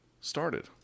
started